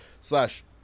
slash